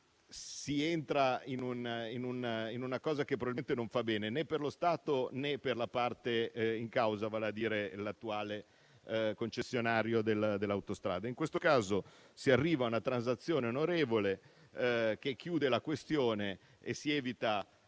si entra in un meccanismo che probabilmente non fa bene né allo Stato né alla parte in causa, vale a dire l'attuale concessionario dell'autostrada. In questo caso si arriva a una transazione onorevole che chiude la questione e che invece